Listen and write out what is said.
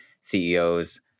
CEOs